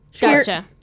Gotcha